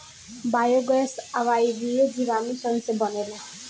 biogas अवायवीय जीवाणु सन से बनेला